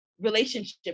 relationship